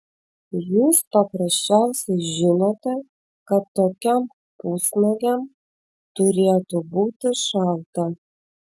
jūs paprasčiausiai žinote kad tokiam pusnuogiam turėtų būti šalta